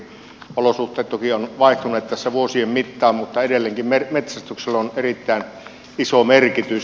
olosuhteet toki ovat vaihtuneet tässä vuosien mittaan mutta edelleenkin metsästyksellä on erittäin iso merkitys